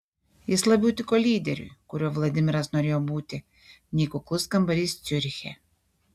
jis labiau tiko lyderiui kuriuo vladimiras norėjo būti nei kuklus kambarys ciuriche